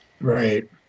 Right